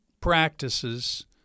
practices